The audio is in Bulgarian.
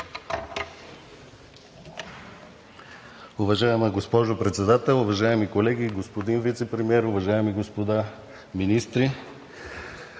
Уважаема госпожо Председател, уважаеми колеги, господин Вицепремиер, уважаеми господа министри!